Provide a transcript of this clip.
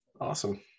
awesome